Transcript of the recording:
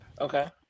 Okay